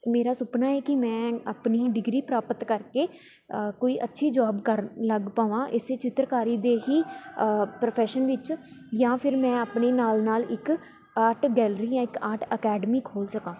ਮੇਰਾ ਸੁਪਨਾ ਹੈ ਕਿ ਮੈਂ ਆਪਣੀ ਡਿਗਰੀ ਪ੍ਰਾਪਤ ਕਰਕੇ ਕੋਈ ਅੱਛੀ ਜੋਬ ਕਰਨ ਲੱਗ ਪਵਾਂ ਇਸ ਚਿੱਤਰਕਾਰੀ ਦੇ ਹੀ ਪ੍ਰਫੈਸ਼ਨ ਵਿੱਚ ਜਾਂ ਫਿਰ ਮੈਂ ਆਪਣੇ ਨਾਲ ਨਾਲ ਇੱਕ ਆਰਟ ਗੈਲਰੀ ਜਾਂ ਇੱਕ ਆਰਟ ਅਕੈਡਮੀ ਖੋਲ ਸਕਾਂ